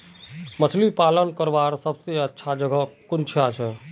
मछली पालन करवार सबसे अच्छा जगह कुनियाँ छे?